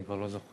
אני כבר לא זוכר,